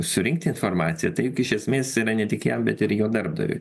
surinkti informaciją tai juk iš esmės yra ne tik jam bet ir jo darbdaviui